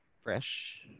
fresh